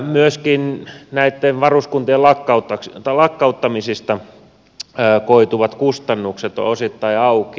myöskin näitten varuskuntien lakkauttamisista koituvat kustannukset ovat osittain auki